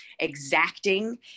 exacting